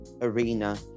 arena